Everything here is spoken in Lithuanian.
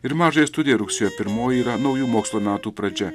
ir mažąjai studijai rugsėjo pirmoji yra naujų mokslo metų pradžia